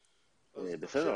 בסדר,